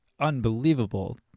unbelievable